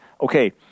Okay